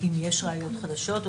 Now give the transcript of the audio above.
אם יש ראיות חדשות.